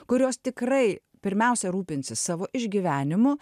kurios tikrai pirmiausia rūpinsis savo išgyvenimu